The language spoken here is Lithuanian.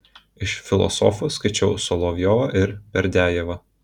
iš filosofų skaičiau solovjovą ir berdiajevą